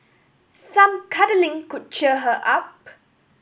some cuddling could cheer her up